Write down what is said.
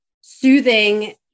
soothing